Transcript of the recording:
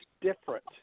different